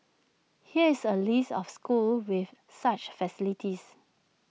here's A list of schools with such facilities